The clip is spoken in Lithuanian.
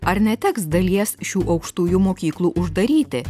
ar neteks dalies šių aukštųjų mokyklų uždaryti